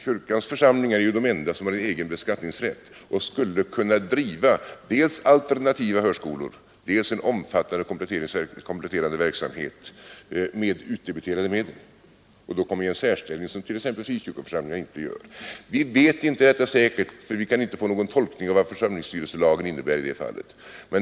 Kyrkans församlingar är de enda som har egen beskattningsrätt och skulle kunna driva dels alternativa förskolor, dels en omfattande kompletterande verksamhet med utdebiterade medel. De kommer i en särställning som t.ex. frikyrkoförsamlingarna inte får. Vi vet inte detta säkert för vi kan inte få någon tolkning av vad församlingsstyrelselagen innebär i det fallet.